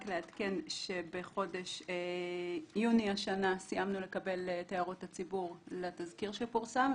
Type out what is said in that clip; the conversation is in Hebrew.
אני אעדכן שבסוף יוני השנה סיימנו לקבל את הערות הציבור לתזכיר שפורסם.